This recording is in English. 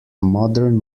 modern